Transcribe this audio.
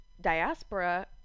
diaspora